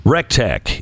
Rectech